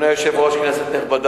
בבקשה.